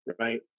right